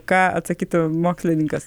ką atsakytų mokslininkas